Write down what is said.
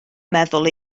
meddwl